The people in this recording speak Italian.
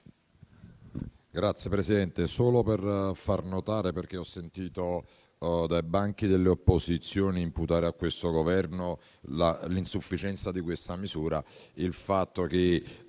intervengo solo per far notare, perché ho sentito dai banchi delle opposizioni imputare a questo Governo l'insufficienza di questa misura, il fatto che